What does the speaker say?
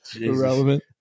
Irrelevant